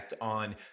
on